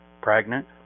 pregnant